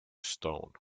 stone